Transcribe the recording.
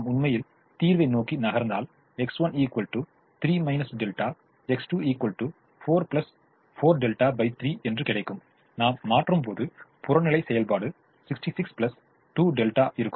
நாம் உண்மையில் தீர்வை நோக்கி நகர்ந்தாள் X1 3 δ X2 4 4δ3 கிடைக்கும் நாம் மாற்றும்போது புறநிலை செயல்பாடு 66 2δ இருக்கும்